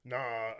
Nah